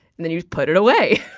and then you put it away.